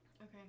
Okay